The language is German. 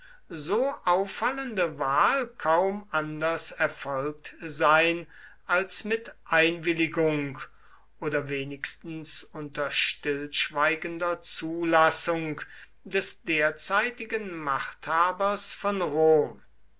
so auffallende wahl kaum anders erfolgt sein als mit einwilligung oder wenigstens unter stillschweigender zulassung des derzeitigen machthabers von rom